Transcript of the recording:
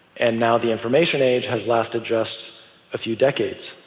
and now the information age has lasted just a few decades.